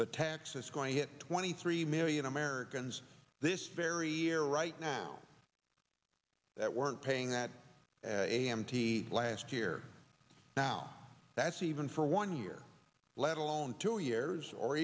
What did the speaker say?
the taxes going to twenty three million americans this very year right now that weren't paying that a m t last year now that's even for one year let alone two years or